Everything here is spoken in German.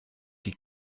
die